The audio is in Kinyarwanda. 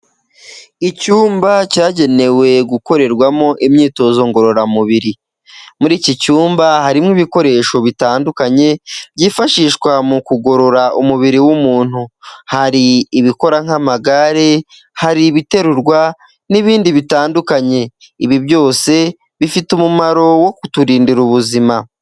Icyumba cyagenewe gukorerwamo imyitozo ngororamubiri. Muri iki cyumba harimo ibikoresho bitandukanye, byifashishwa mu kugorora umubiri w'umuntu. Hari ibikora nk'amagare, hari ibiterurwa n'ibindi bitandukanye. Ibi byose bifite umumaro wo kuturindira ubuzima.